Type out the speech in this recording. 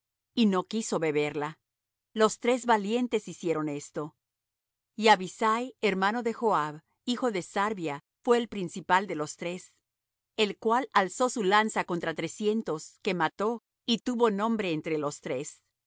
y no quiso beberla los tres valientes hicieron esto y abisai hermano de joab hijo de sarvia fué el principal de los tres el cual alzó su lanza contra trescientos que mató y tuvo nombre entre los tres